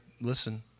listen